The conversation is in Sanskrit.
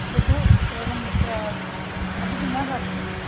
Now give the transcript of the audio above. अत्र तु केवलं विश्वा कति जनाः अस्ति